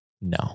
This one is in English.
No